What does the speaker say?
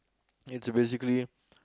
it's basically